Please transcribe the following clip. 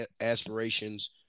aspirations